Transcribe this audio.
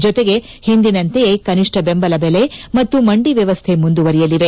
ಜತೆಗೆ ಹಿಂದಿನಂತೆಯೇ ಕನಿಷ್ಡ ಬೆಂಬಲ ಬೆಲೆ ಮತ್ತು ಮಂದಿ ವ್ಯವಸ್ಥೆ ಮುಂದುವರೆಯಲಿದೆ